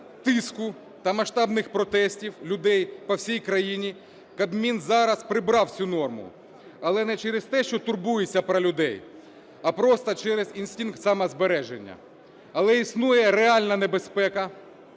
тиску та масштабних протестів людей по всій країні Кабмін зараз прибрав цю норму, але не через те, що турбується про людей, а просто через інстинкт самозбереження. Але існує реальна небезпека,